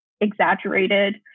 exaggerated